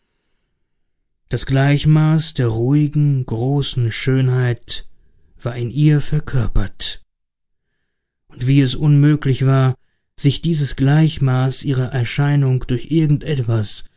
das gleichmaß der ruhigen großen schönheit war in ihr verkörpert und wie es unmöglich war sich dieses gleichmaß ihrer erscheinung durch